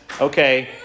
okay